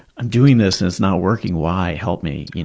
i'm doing this and it's not working why! help me.